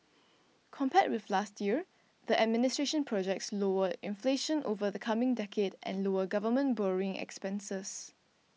compared with last year the administration projects lower inflation over the coming decade and lower government borrowing expenses